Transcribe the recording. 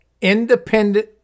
independent